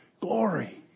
Glory